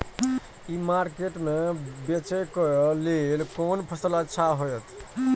ई market में बेचेक लेल कोन फसल अच्छा होयत?